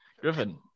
Griffin